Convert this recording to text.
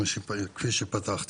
כפי שפתחתי.